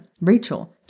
Rachel